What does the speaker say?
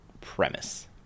premise